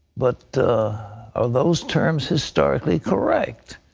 but are those terms historically correct?